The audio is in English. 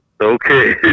Okay